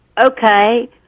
okay